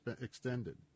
extended